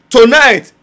Tonight